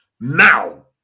now